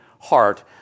heart